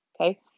Okay